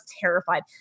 terrified